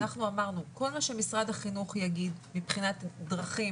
אנחנו אמרנו שכל מה שמשרד החינוך יגיד מבחינת הדרכים